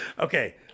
Okay